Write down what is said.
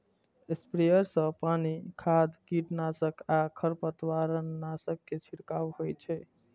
sprayer सं पानि, खाद, कीटनाशक आ खरपतवारनाशक के छिड़काव होइ छै